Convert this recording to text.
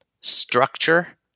structure